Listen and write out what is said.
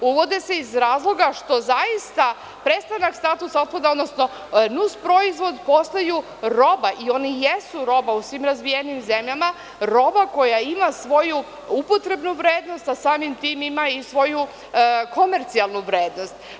Uvode se iz razloga što zaista prestanak statusa otpada, odnosno nusproizvod postaju roba, one i jesu roba u svim razvijenim zemljama, roba koja ima svoju upotrebnu vrednost, a samim tim ima i svoju komercijalnu vrednost.